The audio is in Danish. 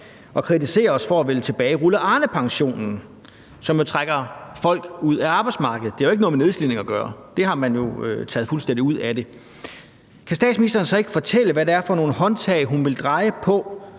og kritisere os for at ville tilbagerulle Arnepensionen, som jo trækker folk ud af arbejdsmarkedet. Den har ikke noget med nedslidning at gøre; det har man jo taget fuldstændig ud af den. Kan statsministeren så ikke fortælle, hvad det er for nogle håndtag, hun vil dreje på